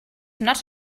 not